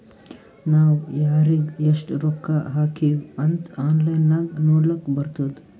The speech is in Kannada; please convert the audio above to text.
ನಾವ್ ಯಾರಿಗ್ ಎಷ್ಟ ರೊಕ್ಕಾ ಹಾಕಿವ್ ಅಂತ್ ಆನ್ಲೈನ್ ನಾಗ್ ನೋಡ್ಲಕ್ ಬರ್ತುದ್